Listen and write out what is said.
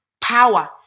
power